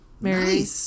Mary